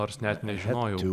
nors net nežinojau